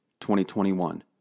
2021